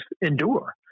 endure